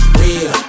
real